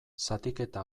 zatiketa